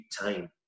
time